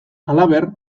halaber